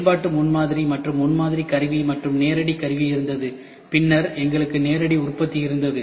செயல்பாட்டு முன்மாதிரி மற்றும் முன்மாதிரி கருவி மற்றம் நேரடி கருவி இருந்தது பின்னர் எங்களுக்கு நேரடி உற்பத்தி இருந்தது